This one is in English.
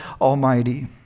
Almighty